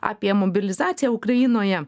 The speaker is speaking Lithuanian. apie mobilizaciją ukrainoje